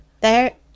There